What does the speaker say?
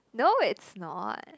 no it's no